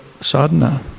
sadhana